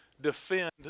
defend